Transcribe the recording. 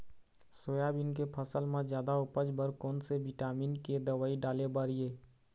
Soybean के फसल म जादा उपज बर कोन से विटामिन के दवई डाले बर ये?